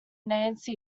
nancy